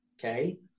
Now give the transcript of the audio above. okay